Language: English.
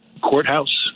Courthouse